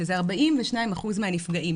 שזה 42% מהנפגעים.